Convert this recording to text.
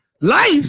Life